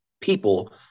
people